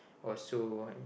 also